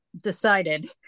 decided